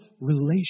relationship